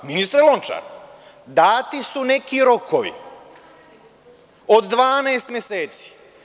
Ministre Lončar, dati su neki rokovi od 12 meseci.